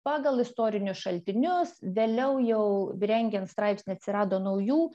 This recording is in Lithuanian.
pagal istorinius šaltinius vėliau jau rengiant straipsnį atsirado naujų